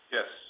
Yes